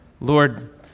Lord